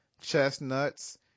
chestnuts